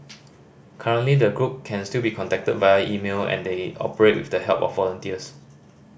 currently the group can still be contacted via email and they operate with the help of volunteers